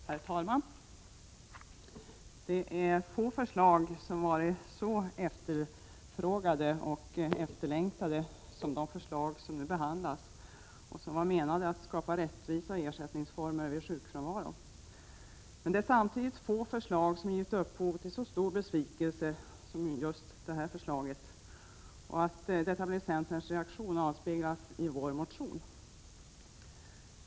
Herr talman! Det är få förslag som varit så efterfrågade och efterlängtade som det förslag som nu behandlas och som var menat att skapa rättvisa ersättningsformer vid sjukfrånvaro. Men det är samtidigt få förslag som givit upphov till så stor besvikelse som just detta förslag, och att detta blev centerns reaktion avspeglas i vår motion.